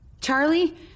Charlie